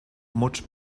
mots